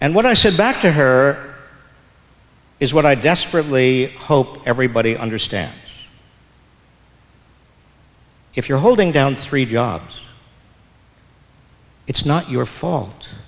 and what i said back to her is what i desperately hope everybody understand if you're holding down three jobs it's not your fault